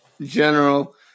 general